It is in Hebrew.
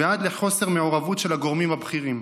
ועד לחוסר מעורבות של הגורמים הבכירים.